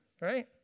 right